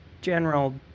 general